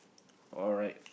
alright